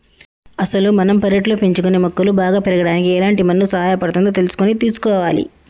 అసలు మనం పెర్లట్లో పెంచుకునే మొక్కలు బాగా పెరగడానికి ఎలాంటి మన్ను సహాయపడుతుందో తెలుసుకొని తీసుకోవాలి